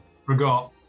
Forgot